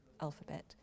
alphabet